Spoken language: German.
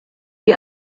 wie